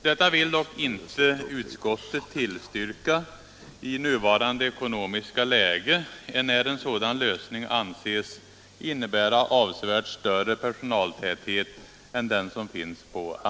Detta vill dock inte utskottet tillstyrka i nuvarande ekonomiska läge, enär en sådan lösning anses innebära av sevärt större personaltäthet än på andra anstalter.